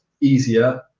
easier